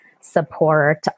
support